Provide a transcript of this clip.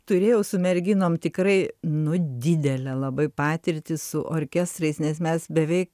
turėjau su merginom tikrai nu didelę labai patirtį su orkestrais nes mes beveik